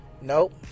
Nope